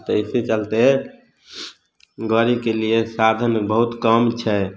ताहिके चलते गड़ीके लिये साधन बहुत कम छै